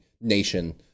nation